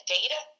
data